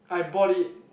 I bought it